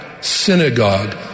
synagogue